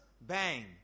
bang